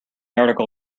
article